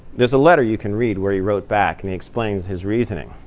there's a letter you can read where he wrote back and he explains his reasoning.